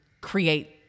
create